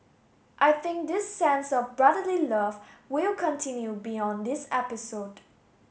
I think this sense of brotherly love will continue beyond this episode